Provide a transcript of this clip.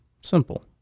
Simple